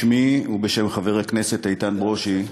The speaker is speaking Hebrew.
בשמי ובשם חבר הכנסת איתן ברושי,